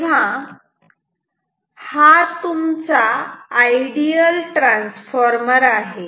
तेव्हा हा तुमचा आयडियल ट्रांसफार्मर आहे